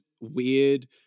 weird